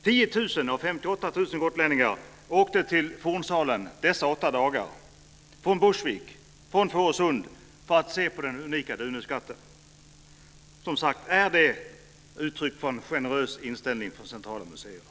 10 000 av 58 000 gotlänningar åkte till Fornsalen dessa åtta dagar från Burgsvik och Fårösund för att se på den unika Duneskatten. Är det uttryck för en generös inställning från centrala museer?